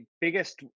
biggest